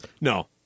No